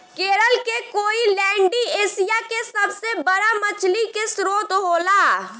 केरल के कोईलैण्डी एशिया के सबसे बड़ा मछली के स्त्रोत होला